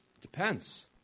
Depends